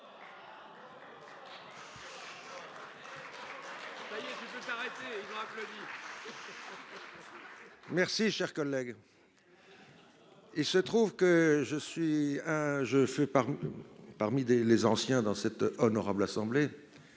Merci cher collègue. Il se trouve que je suis un, je fais part parmi les les anciens dans cette honorable assemblée.